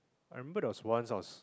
I remember there was once I was